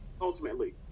ultimately